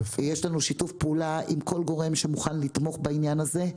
יש לנו שיתוף פעולה עם כל גורם שמוכן לתמוך בעניין הזה.